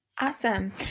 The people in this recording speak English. Awesome